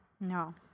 No